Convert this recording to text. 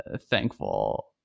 thankful